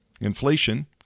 Inflation